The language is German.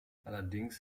allerdings